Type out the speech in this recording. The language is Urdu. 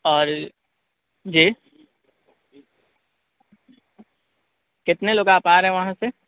اور جی کتنے لوگ آپ آ رہے ہیں وہاں سے